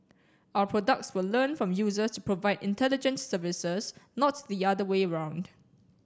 our products will learn from users to provide intelligent services not the other way around